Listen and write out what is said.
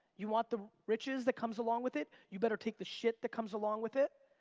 you want the riches that comes along with it? you better take the shit that comes along with it.